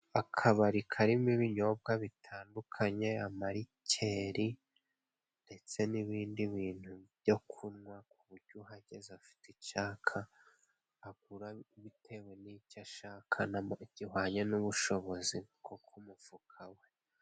Akabari karimo ibinyobwa bitandukanye ama rikeri ndetse n'ibindi bintu byo kunywa, ku buryo uhageze afite icyaka agura bitewe n'icyo ashakamo gihwanye n'ubushobozi bwo mufuka we.